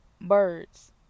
birds